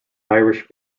irish